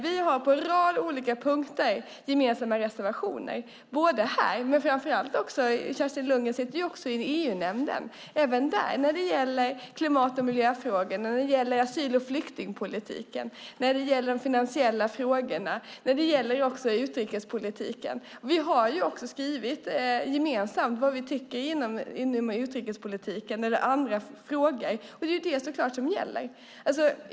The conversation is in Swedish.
Vi har på en rad olika punkter gemensamma reservationer, både här och i EU-nämnden, där även Kerstin Lundgren sitter, när det gäller klimat och miljöfrågor, asyl och flyktingpolitiken, de finansiella frågorna och utrikespolitiken. Vi har också gemensamt skrivit vad vi tycker i andra frågor inom utrikespolitiken, och det är så klart det som gäller.